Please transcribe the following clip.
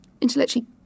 Intellectually